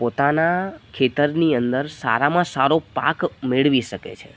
પોતાના ખેતરની અંદર સારામાં સારો પાક મેળવી શકે છે